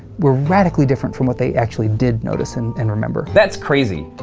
were radically different from what they actually did notice and and remember. that's crazy.